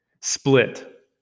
split